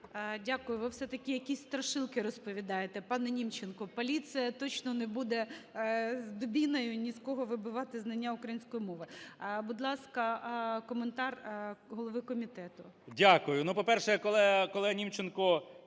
Дякую. Ви все такі якісь страшилки розповідаєте, пане, Німченко. Поліція точно не буде з дубиною ні з кого вибивати знання української мови. Будь ласка, коментар голови комітету.